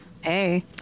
Hey